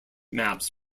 maps